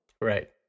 Right